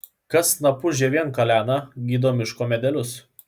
kas snapu žievėn kalena gydo miško medelius